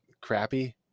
crappy